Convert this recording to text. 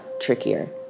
trickier